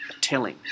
telling